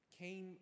came